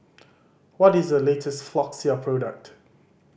what is the latest Floxia product